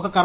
ఒక కర్మాగారం